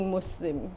Muslim